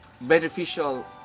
beneficial